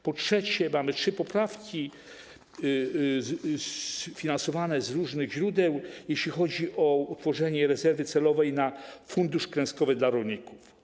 Po trzecie, mamy trzy poprawki sfinansowane z różnych źródeł, jeśli chodzi o utworzenie rezerwy celowej na fundusz klęskowy dla rolników.